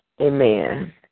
Amen